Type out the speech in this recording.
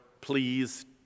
please